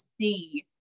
see